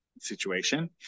Situation